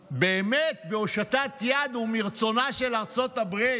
באמת, בהושטת יד ומרצונה של ארצות הברית.